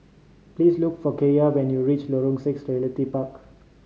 please look for Kaiya when you reach Lorong Six Realty Park